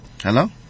Hello